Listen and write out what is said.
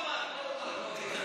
מה הוא אמר?